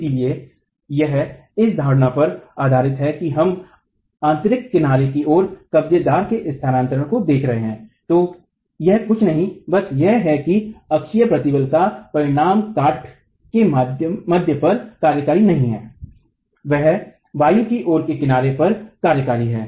इसलिए यह इस धारणा पर आधारित है कि हम आंतरिक किनारे की ओर कब्जेदार के स्थानान्तरण को देख रहे हैं तो यह कुछ नहीं बस यह है की अक्षीय प्रतिबल का परिणाम काट के मध्य पर कार्यकारी नहीं है वह वायु की ओर के किनारे पर कार्यकारी है